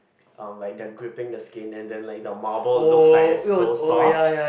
um like they are gripping the skin and then like the Marvel looks like it's so soft